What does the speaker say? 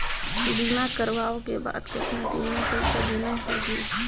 बीमा करवाओ के बाद कतना दिन मे पइसा देना हो ही?